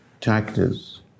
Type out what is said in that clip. tactics